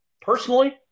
personally